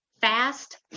fast